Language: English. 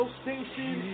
station